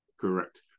Correct